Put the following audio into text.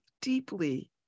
deeply